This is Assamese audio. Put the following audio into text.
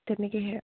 তেনেকে হে